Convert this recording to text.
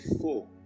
four